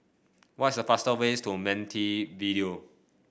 what is the faster ways to Montevideo